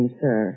sir